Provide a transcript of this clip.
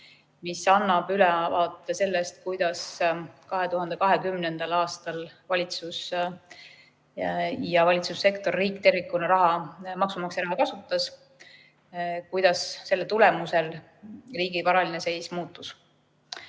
mis annab ülevaate sellest, kuidas 2020. aastal valitsus ja valitsussektor, riik tervikuna maksumaksja raha kasutas ja kuidas selle tulemusel riigi varaline seis muutus. Riigi